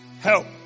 Help